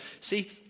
See